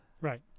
Right